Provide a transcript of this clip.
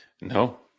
no